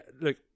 Look